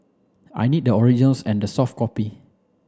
I need the originals and the soft copy